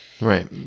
Right